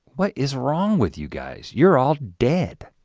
what is wrong with you guys? you're all dead.